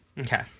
Okay